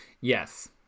Yes